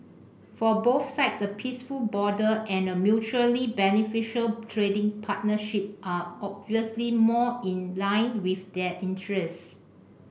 for both sides a peaceful border and a mutually beneficial trading partnership are obviously more in line with their interests